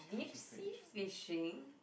deep sea fishing